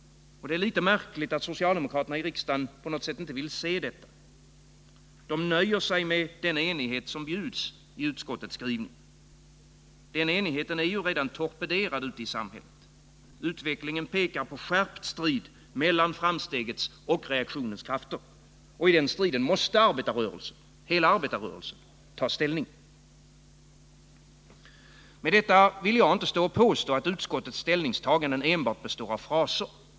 Det är märkligt att socialdemokraterna i riksdagen inte vill inse detta. De nöjer sig med en enighet som bjuds i utskottets skrivning. Men den enigheten är ju redan torpederad ute i samhället. Utvecklingen pekar på skärpt strid mellan framstegets och reaktionens krafter. I den striden måste hela arbetarrörelsen ta ställning. Med detta vill jag inte påstå att utskottets ställningstaganden enbart består av fraser.